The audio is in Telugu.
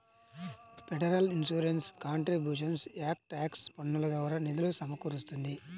federal insurance contributions act tax పన్నుల ద్వారా నిధులు సమకూరుస్తుంది